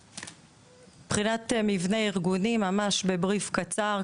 מבחינת מבנה ארגוני בבריף קצר,